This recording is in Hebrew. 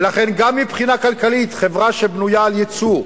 ולכן גם מבחינה כלכלית, חברה שבנויה על יצוא,